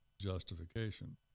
justification